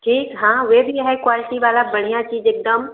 ठीक हाँ वह भी है क्वालिटी वाली बढ़िया चीज़ है एक दम